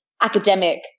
academic